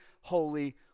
holy